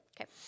Okay